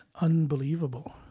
unbelievable